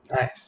Nice